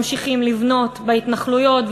ממשיכים לבנות בהתנחלויות,